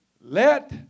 Let